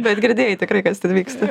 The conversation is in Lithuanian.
bet girdėjai tikrai kas ten vyksta